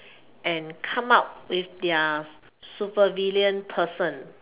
and come out with their super villain person